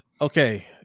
okay